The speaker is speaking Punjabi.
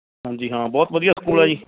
ਹਾਂਜੀ ਹਾਂ ਬਹੁਤ ਵਧੀਆ ਸਕੂਲ ਆ ਜੀ